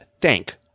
thank